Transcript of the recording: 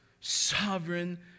sovereign